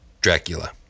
Dracula